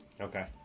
Okay